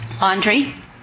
Laundry